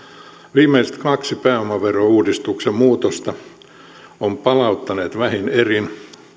viimeiset kaksi pääomavero uudistuksen muutosta ovat palauttaneet siirtymisen vähin erin